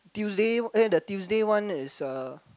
Tuesday eh the Tuesday one is uh